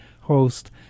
host